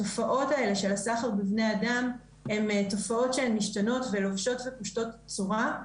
התופעות האלה של הסחר בבני אדם הן תופעות שמשתנות ולובשות ופושטות צורה.